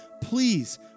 please